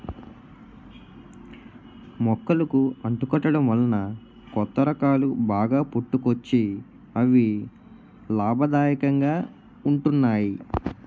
మొక్కలకు అంటు కట్టడం వలన కొత్త రకాలు బాగా పుట్టుకొచ్చి అవి లాభదాయకంగా ఉంటున్నాయి